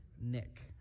Nick